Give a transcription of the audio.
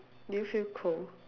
do you feel cold